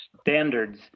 standards